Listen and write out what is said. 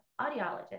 audiologist